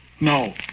No